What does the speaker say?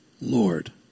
Lord